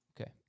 Okay